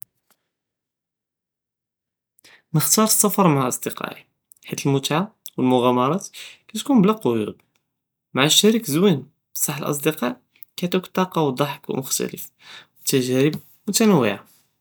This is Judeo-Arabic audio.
נקטר אספר מע אסדקאאי חית אלמתעה ו אלמאג'מראת, כתכון בלא קיווד, מע אששאריק זוין, בסח אלאסדקאא קיעטוכ אלטאקה ו אד'דחכ, ו ת'ג'ארב מועתניה.